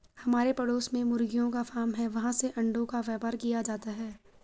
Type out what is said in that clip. हमारे पड़ोस में मुर्गियों का फार्म है, वहाँ से अंडों का व्यापार किया जाता है